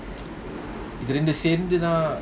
இதுரெண்டும்சேர்ந்துதான்:idhu rendum sernthuthan